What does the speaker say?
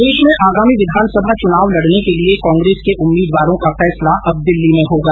प्रदेश में आगामी विधान सभा चुनाव लडने के लिय कांग्रेस के उम्मीदवारों का फैसला अब दिल्ली में होगा